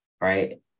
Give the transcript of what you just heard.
right